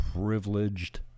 privileged